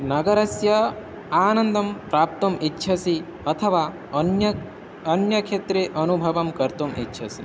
नगरस्य आनन्दं प्राप्तुम् इच्छसि अथवा अन्य अन्य क्षेत्रे अनुभवं कर्तुम् इच्छसि